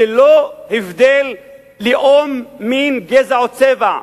ללא הבדל לאום, מין, גזע או צבע,